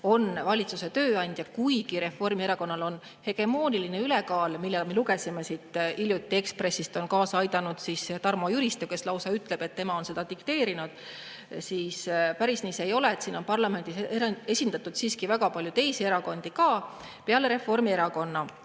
on valitsuse tööandja. Reformierakonnal on küll hegemooniline ülekaal, millele, nagu me lugesime hiljuti Ekspressist, on kaasa aidanud Tarmo Jüristo, kes lausa ütleb, et tema on seda dikteerinud. Aga päris nii see ei ole. Siin parlamendis on esindatud siiski ka palju teisi erakondi peale Reformierakonna.